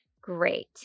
Great